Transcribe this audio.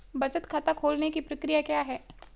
बचत खाता खोलने की प्रक्रिया क्या है?